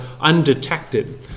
undetected